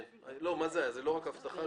זאת לא רק אבטחה.